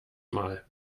mal